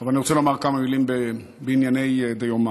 אבל אני רוצה לומר כמה מילים בענייני דיומא.